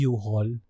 U-Haul